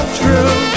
true